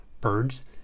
birds